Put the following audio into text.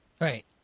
Right